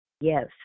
yes